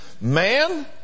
man